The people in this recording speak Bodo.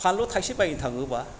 फानलु थायसे बायनो थाङोबा